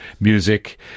music